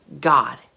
God